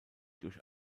durch